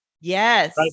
Yes